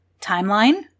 timeline